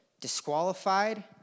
disqualified